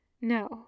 No